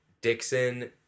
Dixon